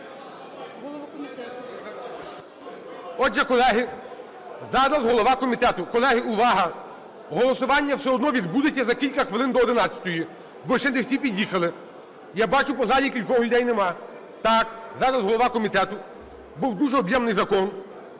Отже, колеги, зараз голова комітету. Колеги, увага! Голосування все одно відбудеться за кілька хвилин, до 11, бо ще не всі під'їхали. Я бачу по залі, кількох людей нема. Так, зараз голова комітету, був дуже об'ємний закон,